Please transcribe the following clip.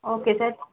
okay sir